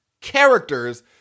characters